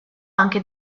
anche